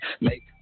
make